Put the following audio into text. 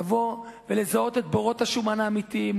לבוא ולזהות את בורות השומן האמיתיים,